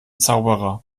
zauberer